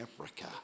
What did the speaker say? Africa